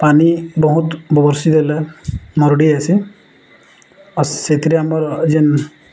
ପାନି ବହୁତ ବରଷି ଦେଲେ ମରୁଡ଼ି ହେସି ଆଉ ସେଥିରେ ଆମର ଯେନ୍